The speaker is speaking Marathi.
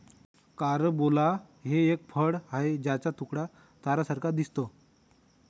कारंबोला हे एक फळ आहे ज्याचा तुकडा ताऱ्यांसारखा दिसतो